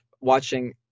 watching